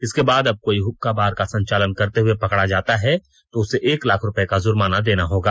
इसके बाद अब कोई हुक्का बार का संचालन करते हुए पकड़ा जाता है तो उसे एक लाख रुपये का जुर्माना देना होगा